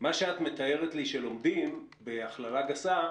מה שאת מתארת לי שלומדים, בהכללה גסה,